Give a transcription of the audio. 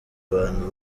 abantu